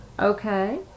okay